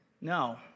No